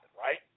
right